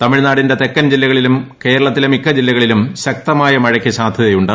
തമിഴ്നാടിന്റെ തെക്കൻ ജില്ലകളിലും കേരളത്തിലെ മിക്ക് ജില്ല്കളിലും ശക്തമായ മഴയ്ക്ക് സാധ്യതയുണ്ട്